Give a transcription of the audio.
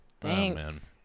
Thanks